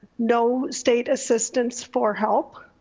no state assistance for help.